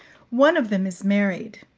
one of them is married.